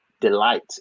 delight